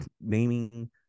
naming